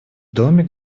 доме